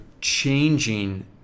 changing